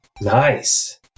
Nice